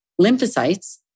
lymphocytes